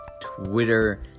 Twitter